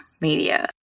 media